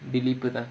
யாரு:yaaru